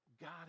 God